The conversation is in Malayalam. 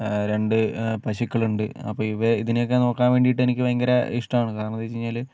രണ്ട് പശുക്കളുണ്ട് അപ്പോൾ ഇവ ഇതിനെയൊക്കെ നോക്കാൻ വേണ്ടിയിട്ട് എനിക്ക് ഭയങ്കര ഇഷ്ടമാണ് കാരണം എന്ന് വെച്ച് കഴിഞ്ഞാൽ